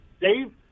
Dave